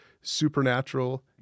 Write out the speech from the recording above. supernatural